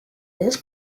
this